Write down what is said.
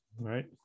right